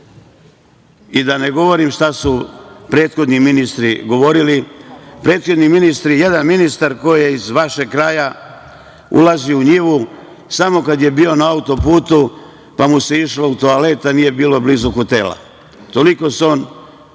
Da ne govorim šta su prethodni ministri govorili. Prethodni ministri, jedan ministar koji je iz vašeg kraja, ulazi u njivu samo kad je bio na auto-putu, pa mu se išlo u toalet, a nije bilo blizu hotela. Toliko se on